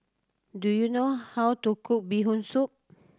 do you know how to cook Bee Hoon Soup